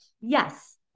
Yes